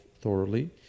thoroughly